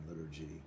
liturgy